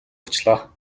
очлоо